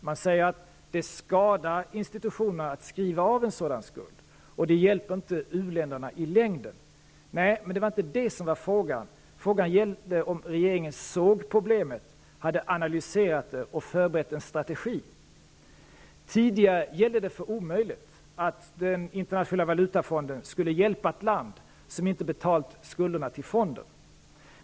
Man säger att det skadar institutionerna att skriva av en sådan skuld, och det hjälper inte u-länderna i längden. Nej, men det var inte det som frågan gällde. Frågan var om regeringen såg problemet, hade analyserat det och förberett en strategi. Tidigare gällde det för omöjligt att Internationella valutafonden skulle hjälpa ett land som inte betalat skulderna till fonden.